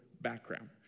background